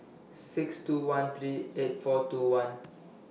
six two one three eight four two one